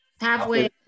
halfway